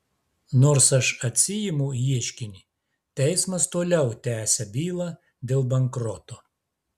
nors aš atsiimu ieškinį teismas toliau tęsia bylą dėl bankroto